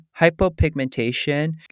Hypopigmentation